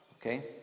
Okay